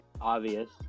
obvious